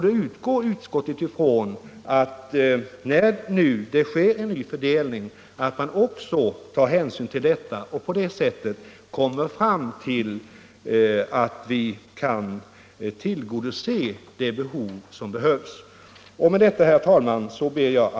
Då utgår utskottet från att när det nu sker en ny fördelning skall man också ta hänsyn till yrkesmedicinen och på det sättet kunna tillgodose behoven.